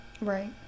right